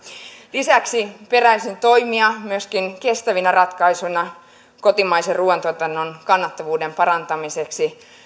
lisäksi peräisin toimia myöskin kestävinä ratkaisuina kotimaisen ruuantuotannon kannattavuuden parantamiseksi